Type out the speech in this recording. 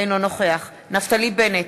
אינו נוכח נפתלי בנט,